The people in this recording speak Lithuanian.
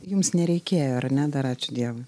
jums nereikėjo ar ne dar ačiū dievui